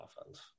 offense